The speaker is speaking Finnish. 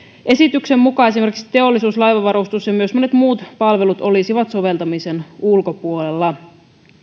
esityksen mukaan esimerkiksi teollisuus laivanvarustus ja myös monet muut palvelut olisivat soveltamisen ulkopuolella